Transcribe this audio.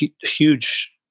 huge